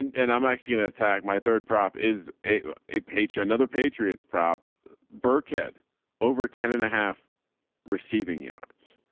and, and i'm actually going to attack. my third prop is a a page, another patriots prop burkhead over ten and a half receiving yards.